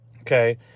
Okay